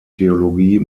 theologie